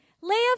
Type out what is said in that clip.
Leah